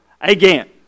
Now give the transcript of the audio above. Again